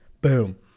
Boom